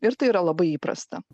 ir tai yra labai įprasta